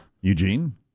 Eugene